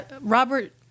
Robert